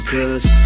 Cause